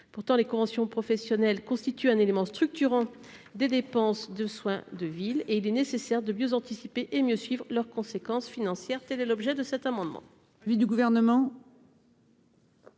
Pourtant, les conventions professionnelles constituent un élément structurant des dépenses de soins de ville. Il est nécessaire de mieux anticiper et de mieux suivre leurs conséquences financières. Tel est l'objet de cet amendement.